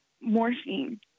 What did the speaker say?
morphine